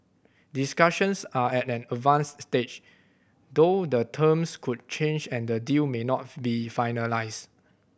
discussions are at an advanced stage though the terms could change and the deal may not be finalised